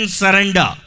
surrender